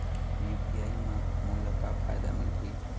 UPI म मोला का फायदा मिलही?